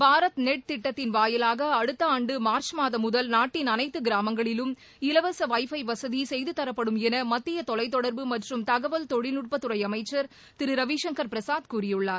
Bharat net திட்டத்தின் வாயிலாக அடுத்த ஆண்டு மார்ச் மாதம் முதல் நாட்டின் அனைத்து கிராமங்களிலும் இலவச வைஃன்ப வசதி செய்து தரப்படும் என மத்திய தொலைத்தொடர்பு மற்றும் தகவல் தொழில்நுட்பத்துறை அமைச்சர் திரு ரவிசங்கர் பிரசாத் கூறியுள்ளார்